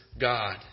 God